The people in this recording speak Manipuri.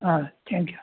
ah thank U